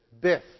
Biff